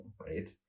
right